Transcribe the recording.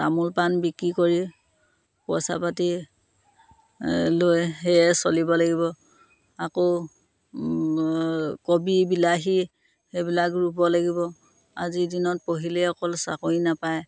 তামোল পাণ বিক্ৰী কৰি পইচা পাতি লৈ সেয়ে চলিব লাগিব আকৌ কবি বিলাহী সেইবিলাক ৰুব লাগিব আজিৰ দিনত পঢ়িলেই অকল চাকৰি নাপায়